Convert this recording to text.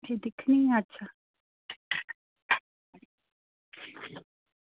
फ्ही दिक्खनी आं अच्छा